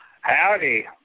Howdy